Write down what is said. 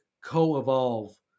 co-evolve